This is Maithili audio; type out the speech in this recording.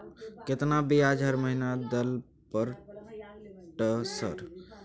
केतना ब्याज हर महीना दल पर ट सर?